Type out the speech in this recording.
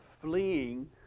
fleeing